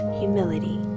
humility